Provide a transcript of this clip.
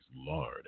Lord